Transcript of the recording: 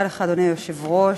אדוני היושב-ראש,